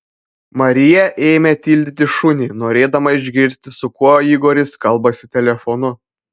marija ėmė tildyti šunį norėdama išgirsti su kuo igoris kalbasi telefonu